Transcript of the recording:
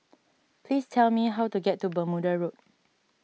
please tell me how to get to Bermuda Road